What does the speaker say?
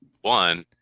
one